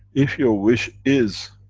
if your wish is.